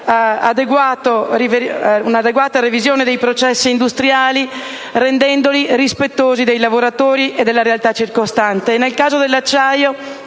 un'adeguata revisione dei processi industriali, rendendoli rispettosi dei lavoratori e della realtà circostante; nel caso dell'acciaio